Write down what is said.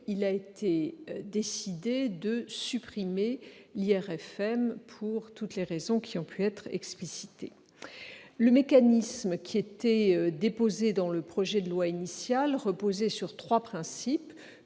donc été décidé de supprimer l'IRFM, pour toutes les raisons qui ont pu être explicitées. Le dispositif figurant dans le projet de loi initial reposait sur les trois principes